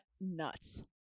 nuts